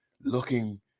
looking